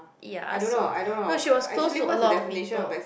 ya so no she was close to a lot of people